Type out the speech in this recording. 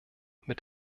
mit